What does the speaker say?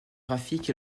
graphique